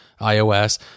ios